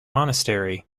monastery